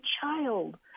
child